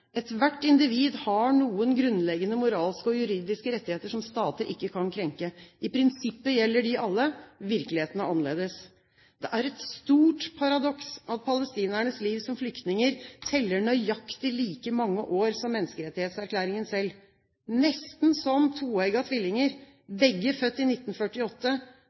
Ethvert individ har noen grunnleggende moralske og juridiske rettigheter som stater ikke kan krenke. I prinsippet gjelder de alle. Virkeligheten er annerledes. Det er et stort paradoks at palestinernes liv som flyktninger teller nøyaktig like mange år som menneskerettighetserklæringen selv – nesten som toeggede tvillinger, begge født i 1948,